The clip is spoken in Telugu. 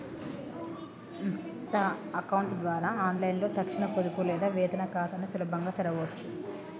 ఇన్స్టా అకౌంట్ ద్వారా ఆన్లైన్లో తక్షణ పొదుపు లేదా వేతన ఖాతాని సులభంగా తెరవచ్చు